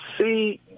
see